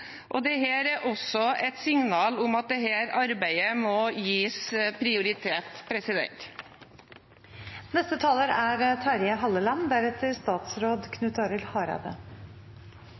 Det er også et signal om at dette arbeidet må gis prioritet.